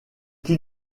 qui